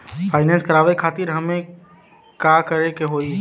Finance करावे खातिर हमें का करे के होई?